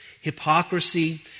hypocrisy